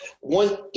one